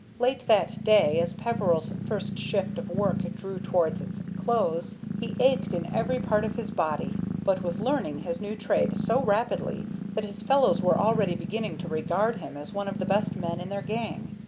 late that day, as peveril's first shift of work drew towards its close, he ached in every part of his body, but was learning his new trade so rapidly that his fellows were already beginning to regard him as one of the best men in their gang.